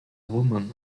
woman